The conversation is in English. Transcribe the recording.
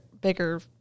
bigger